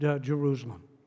Jerusalem